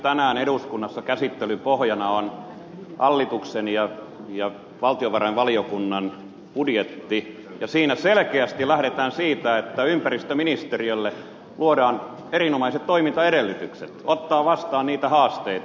tänään täällä eduskunnassa käsittelyn pohjana on hallituksen ja valtiovarainvaliokunnan budjetti ja siinä selkeästi lähdetään siitä että ympäristöministeriölle luodaan erinomaiset toimintaedellytykset ottaa vastaan haasteita